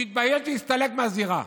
שיתבייש ויסתלק מהזירה.